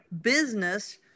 business